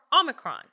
Omicron